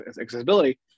accessibility